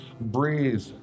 breathe